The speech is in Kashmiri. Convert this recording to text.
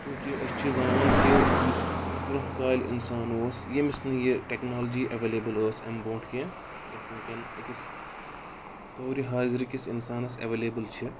چوٗنٛکہِ أسۍ چھِ زانن کہِ یُس برونٛہہ کالہِ اِنسان اوس ییٚمِس نہٕ یہِ ٹیکنالجی ایویلیبٕل ٲس اَمہِ بونٛٹھ کینٛہہ یۄس وٕنکیٚن أکِس دورِ حازرِکِس اِنسانَس ایویلیبٕل چھِ